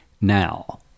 now